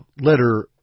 letter